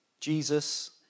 Jesus